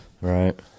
Right